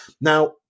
Now